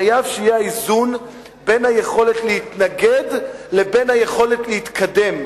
חייב שיהיה האיזון בין היכולת להתנגד לבין היכולת להתקדם.